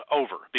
over